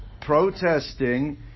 protesting